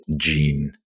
gene